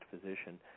physician